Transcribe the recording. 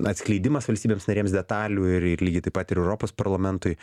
atskleidimas valstybėms narėms detalių ir ir lygiai taip pat ir europos parlamentui